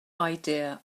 idea